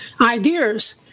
ideas